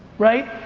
right?